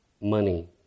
money